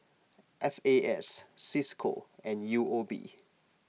F A S Cisco and U O B